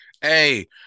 hey